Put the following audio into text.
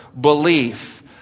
belief